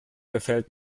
gefällt